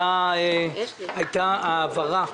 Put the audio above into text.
הייתה העברה,